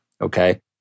okay